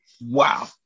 wow